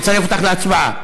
לצרף אותך להצבעה.